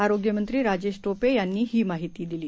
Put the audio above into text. आरोग्यमंत्रीराजेशटोपेयांनीहीमाहितीदिली